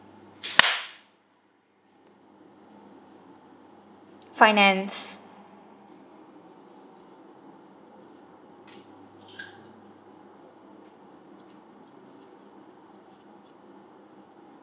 finance